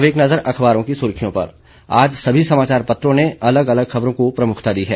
अब एक नजर अखबारों की सुर्खियों पर आज सभी समाचारपत्रों ने अलग अलग खबरों को प्रमुखता दी है